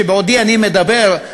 שבעודי מדבר,